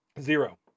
Zero